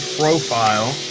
profile